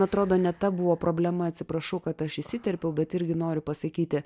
atrodo ne ta buvo problema atsiprašau kad aš įsiterpiau bet irgi noriu pasakyti